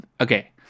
okay